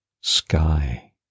sky